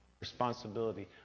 responsibility